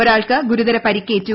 ഒരാൾക്ക് ഗുരുതര പരിക്കേറ്റു